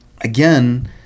again